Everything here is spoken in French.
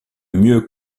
mieux